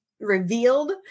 revealed